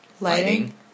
lighting